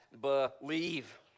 believe